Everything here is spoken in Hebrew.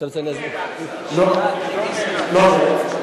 אתה רוצה שאני אסביר, לא נאלצת, לא נאלצתי.